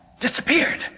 Disappeared